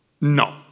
No